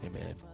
amen